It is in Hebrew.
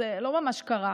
זה לא ממש קרה.